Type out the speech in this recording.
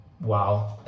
Wow